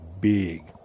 big